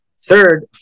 Third